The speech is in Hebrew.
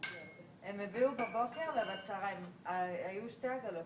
יש צורך בזה עכשיו?